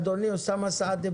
אדוני אוסאמה סעדי,